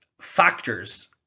factors